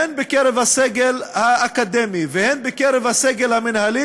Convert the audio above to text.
הן בקרב הסגל האקדמי והן בקרב הסגל המינהלי,